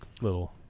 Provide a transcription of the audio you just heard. little